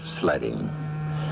sledding